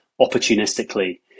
opportunistically